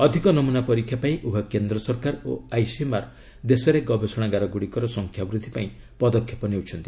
ଅଧିକ ନମୁନା ପରୀକ୍ଷା ପାଇଁ ଉଭୟ କେନ୍ଦ୍ର ସରକାର ଓ ଆଇସିଏମ୍ଆର୍ ଦେଶରେ ଗବେଷଣାଗାର ଗୁଡ଼ିକର ସଂଖ୍ୟା ବୃଦ୍ଧି ପାଇଁ ପଦକ୍ଷେପ ନେଉଛନ୍ତି